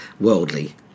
worldly